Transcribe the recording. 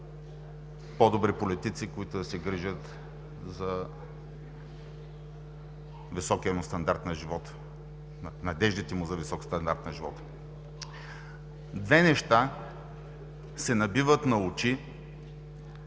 по-добри политици, които да се грижат за надеждите му за висок стандарт на живота. Две неща се набиват на очи,